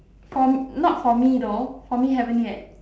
for not for me though for me haven't yet